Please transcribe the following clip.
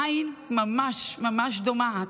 העין ממש ממש דומעת.